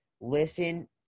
Listen